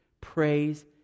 Praise